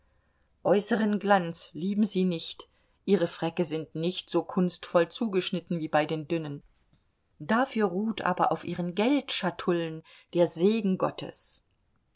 äußeren glanz lieben sie nicht ihre fräcke sind nicht so kunstvoll zugeschnitten wie bei den dünnen dafür ruht aber auf ihren geldschatullen der segen gottes